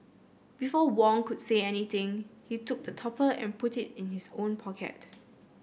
before Wong could say anything he took the topper and put it in his own pocket